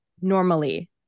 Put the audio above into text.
normally